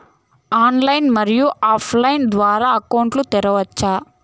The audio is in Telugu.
ఆన్లైన్, మరియు ఆఫ్ లైను లైన్ ద్వారా అకౌంట్ తెరవచ్చా?